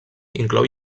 inclou